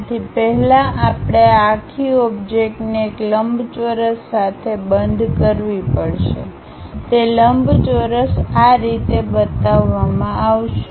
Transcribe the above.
તેથી પહેલા આપણે આ આખી ઓબ્જેક્ટને એક લંબચોરસ સાથે બંધ કરવી પડશે તે લંબચોરસ આ રીતે બતાવવામાં આવશે